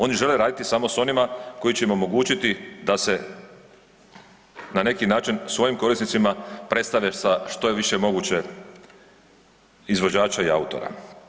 Oni žele raditi samo sa onima koji će im omogućiti da se na neki način svojim korisnicima predstave sa što je više moguće izvođača i autora.